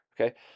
Okay